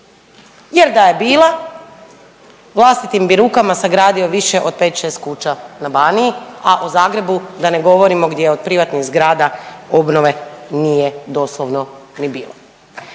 jer da je bila vlastitim bi rukama sagradio više od pet, šest kuća na Baniji, a o Zagrebu da ne govorimo gdje od privatnih zgrada obnove nije doslovno ni bilo.